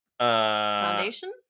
Foundation